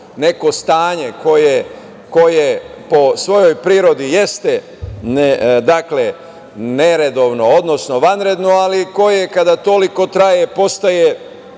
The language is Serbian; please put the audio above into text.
neko stanje koje po svojoj prirodi jeste neredovno, odnosno vanredno, ali koje kada toliko traje poprima